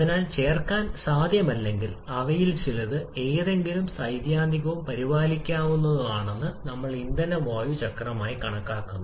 അതിനാൽ ചേർക്കാൻ സാധ്യമല്ലെങ്കിൽ അവയിൽ ചിലത് എങ്കിലും സൈദ്ധാന്തികമായും പരിപാലിക്കാവുന്നതുമാണ് നമ്മൾ ഇന്ധന വായു ചക്രമായി കണക്കാക്കുന്നു